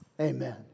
Amen